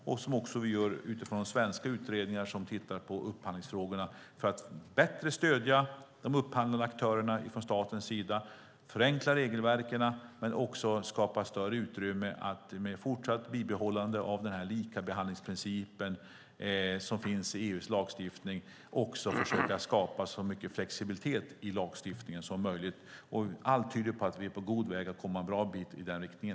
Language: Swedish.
Vi arbetar också utifrån de svenska utredningar som tittar på upphandlingsfrågorna för att från statens sida bättre stödja de upphandlande aktörerna och förenkla regelverken men också skapa större utrymme att med fortsatt bibehållande av den likabehandlingsprincip som finns i EU:s lagstiftning även försöka skapa så mycket flexibilitet i lagstiftningen som möjligt. Allt tyder på att vi är på god väg att komma en bra bit i den riktningen.